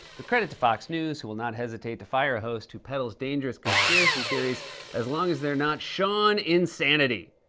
but credit to fox news who will not hesitate to fire a host who peddles dangerous conspiracy theories as long as they're not sean insanity.